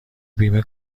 بیمه